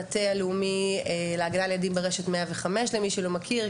המטה הלאומי להגנה על ילדים ברשת 105. מי שלא מכיר זאת,